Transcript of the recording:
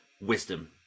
wisdom